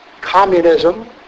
communism